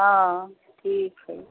हँ ठीक हइ